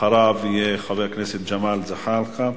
אחריו יהיה חבר הכנסת ג'מאל זחאלקה,